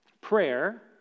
prayer